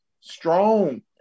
strong